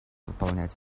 выполнять